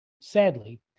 Sadly